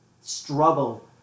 struggle